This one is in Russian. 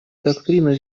доктрина